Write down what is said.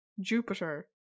Jupiter